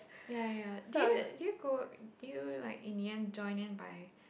ya ya do you do you go do you like in the end join them by